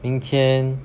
明天